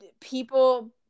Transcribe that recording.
people